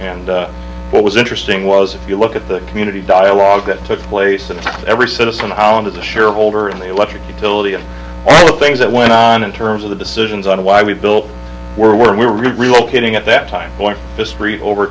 and what was interesting was if you look at the community dialogue that took place and every citizen on the shareholder in the electric utility of the things that went on in terms of the decisions on why we built were where we were relocating at that time